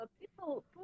people